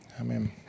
Amen